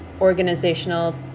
organizational